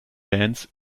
bands